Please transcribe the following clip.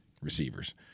receivers